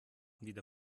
wieder